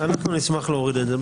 אנחנו נשמח להוריד את זה.